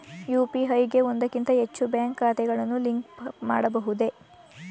UPI ಗೆ ಒಂದಕ್ಕಿಂತ ಹೆಚ್ಚು ಬ್ಯಾಂಕ್ ಖಾತೆಗಳನ್ನು ಲಿಂಕ್ ಮಾಡಬಹುದೇ?